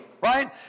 Right